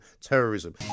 Terrorism